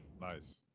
Nice